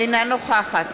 אינה נוכחת